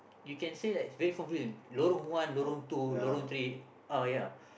you can say that is very confusing Lorong one Lorong two Lorong three uh ya